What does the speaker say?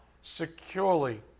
Securely